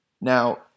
Now